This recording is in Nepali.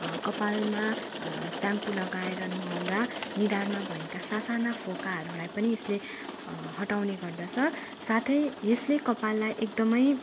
कपालमा सेम्पू लगाएर नुहाउँदा निधारमा भएका सासाना फोकाहरूलाई पनि यसले हटाउने गर्दछ साथै यसले कपाललाई एकदमै